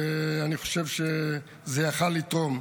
ואני חושב שזה היה יכול לתרום.